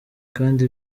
kandi